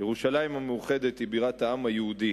ירושלים המאוחדת היא בירת העם היהודי,